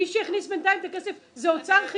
מי שהכניס בינתיים את הכסף זה אוצר,